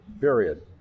period